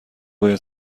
باید